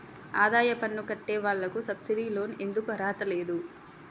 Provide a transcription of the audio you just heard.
ఆదాయ పన్ను కట్టే వాళ్లకు సబ్సిడీ లోన్ ఎందుకు అర్హత లేదు?